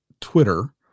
Twitter